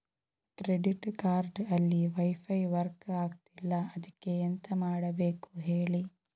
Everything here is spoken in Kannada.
ಕ್ರೆಡಿಟ್ ಕಾರ್ಡ್ ಅಲ್ಲಿ ವೈಫೈ ವರ್ಕ್ ಆಗ್ತಿಲ್ಲ ಅದ್ಕೆ ಎಂತ ಮಾಡಬೇಕು ಹೇಳಿ